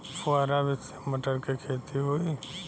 फुहरा विधि से मटर के खेती होई